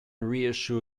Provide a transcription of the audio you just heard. reassure